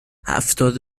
هفتاد